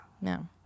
No